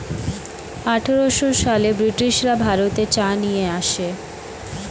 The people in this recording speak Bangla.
আঠারোশো সালে ব্রিটিশরা ভারতে চা নিয়ে আসে